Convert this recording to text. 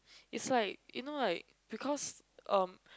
it's like you know like because um